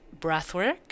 breathwork